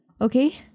Okay